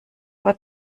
vor